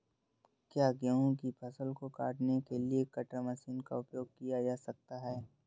क्या गेहूँ की फसल को काटने के लिए कटर मशीन का उपयोग किया जा सकता है?